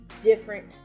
different